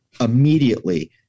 immediately